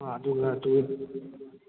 ꯑꯥ ꯑꯗꯨ ꯉꯥꯛꯇ